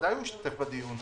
ודאי שהוא משתתף בדיון.